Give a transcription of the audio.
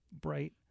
bright